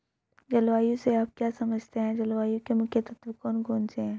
जलवायु से आप क्या समझते हैं जलवायु के मुख्य तत्व कौन कौन से हैं?